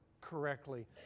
correctly